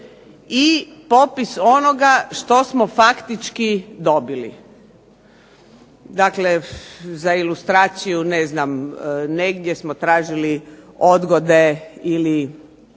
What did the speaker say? i popis onoga što smo faktički dobili. Dakle, za ilustraciju, ne znam, negdje smo tražili odgode ili